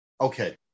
okay